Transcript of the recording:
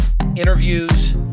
interviews